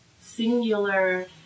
singular